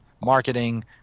marketing